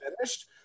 finished